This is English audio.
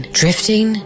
drifting